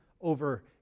over